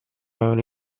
avevano